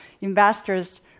investors